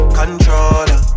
controller